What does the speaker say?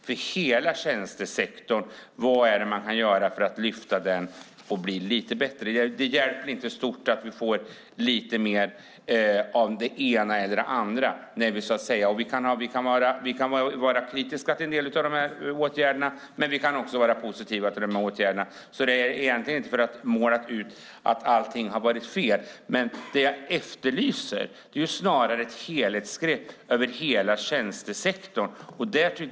Vad kan man göra för att lyfta hela tjänstesektorn så att den blir lite bättre? Det hjälper inte att man får lite mer av det ena eller andra. Vi kan vara kritiska till en del av åtgärderna och vi kan vara positiva till dem. Jag vill inte säga att allt har varit fel. Det jag efterlyser är ett helhetsgrepp över hela tjänstesektorn.